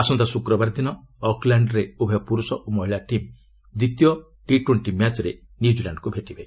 ଆସନ୍ତା ଶୁକ୍ରବାର ଦିନ ଅକ୍ଲାଣ୍ଡରେ ଉଭୟ ପୁରୁଷ ଓ ମହିଳା ଟିମ୍ ଦ୍ୱିତୀୟ ଟି ଟ୍ୱେଣ୍ଟି ମ୍ୟାଚରେ ନ୍ୟୁଜିଲାଣ୍ଡକୁ ଭେଟିବେ